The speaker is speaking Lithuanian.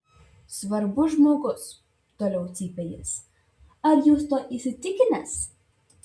svarbus žmogus toliau cypė jis ar jūs tuo įsitikinęs